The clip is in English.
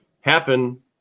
happen